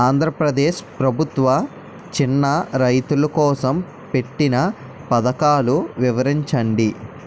ఆంధ్రప్రదేశ్ ప్రభుత్వ చిన్నా రైతుల కోసం పెట్టిన పథకాలు వివరించండి?